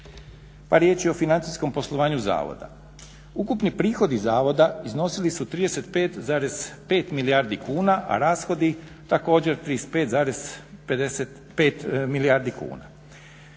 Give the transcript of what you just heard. Par riječi o financijskom poslovanju zavoda. Ukupni prihodi zavoda iznosili su 35,5 milijardi kuna, a rashodi također 35,55 milijardi kuna.